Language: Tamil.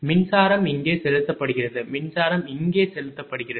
மின்சாரம் இங்கே செலுத்தப்படுகிறது மின்சாரம் இங்கே செலுத்தப்படுகிறது